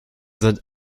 sind